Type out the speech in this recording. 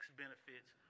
benefits